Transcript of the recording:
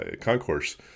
concourse